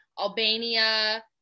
Albania